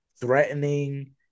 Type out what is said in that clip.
threatening